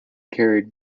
carried